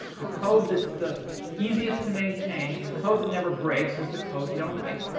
the code that's the easiest to maintain, and the code that never breaks, is the code you don't write.